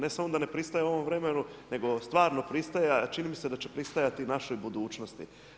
Ne samo da ne pristaje ovome vremenu nego stvarno pristaje, a čini mi se da će pristajati i našoj budućnosti.